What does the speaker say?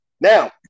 Now